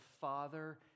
father